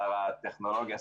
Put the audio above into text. שר הטכנולוגיה,